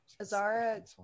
Azara